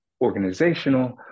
organizational